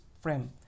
frame